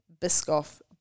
Biscoff